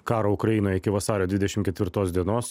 karo ukrainoj iki vasario dvidešim ketvirtos dienos